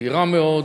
צעירה מאוד,